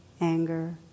anger